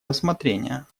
рассмотрения